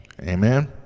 Amen